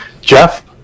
Jeff